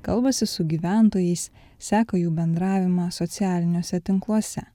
kalbasi su gyventojais seka jų bendravimą socialiniuose tinkluose